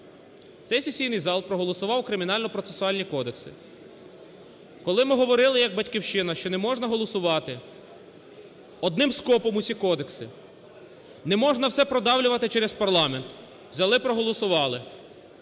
сесійний зал проголосував Кримінальний і процесуальний кодекси. Коли ми говорили як "Батьківщина", що не можна голосувати одним скопом усі кодекси, не можна все продавлювати через парламент, взяли проголосували.